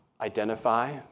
Identify